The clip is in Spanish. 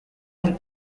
del